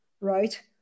right